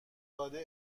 داده